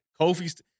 Kofi